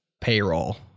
payroll